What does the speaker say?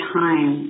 time